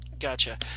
gotcha